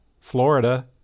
Florida